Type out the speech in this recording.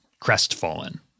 crestfallen